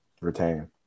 retain